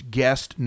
guest